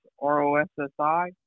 R-O-S-S-I